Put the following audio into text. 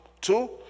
Two